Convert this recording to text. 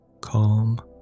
Calm